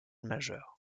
majeur